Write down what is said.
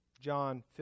John